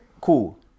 Cool